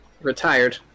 Retired